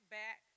back